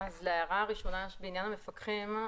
להערה הראשונה בעניין המפקחים.